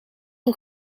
een